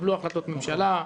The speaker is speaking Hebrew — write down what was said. התקבלו החלטות ממשלה,